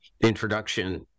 introduction